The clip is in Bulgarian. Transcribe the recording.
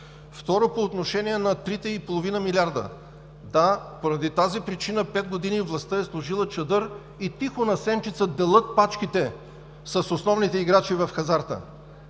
Второ, по отношение на тези 3,5 милиарда – да, поради тази причина пет години властта е сложила чадър и тихо, на сенчица делят пачките с основните играчи в хазарта.